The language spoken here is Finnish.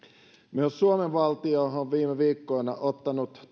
myös suomen valtio on viime viikkoina ottanut